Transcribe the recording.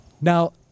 Now